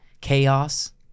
chaos